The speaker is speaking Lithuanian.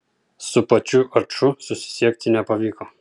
su pačiu aču susisiekti nepavyko